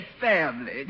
family